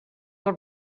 del